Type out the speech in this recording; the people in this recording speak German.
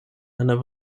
einer